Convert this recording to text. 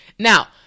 Now